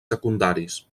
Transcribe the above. secundaris